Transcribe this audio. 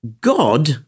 god